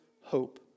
hope